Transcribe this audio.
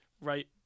right